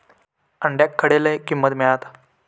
अंड्याक खडे लय किंमत मिळात?